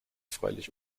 freilich